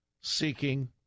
seeking